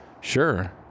Sure